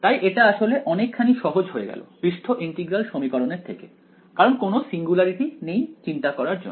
তাই এটা আসলে অনেকখানি সহজ হয়ে গেল পৃষ্ঠ ইন্টিগ্রাল সমীকরণের থেকে কারণ কোনও সিঙ্গুলারিটি নেই চিন্তা করার জন্য